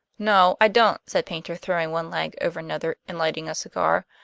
no, i don't, said paynter, throwing one leg over another and lighting a cigar.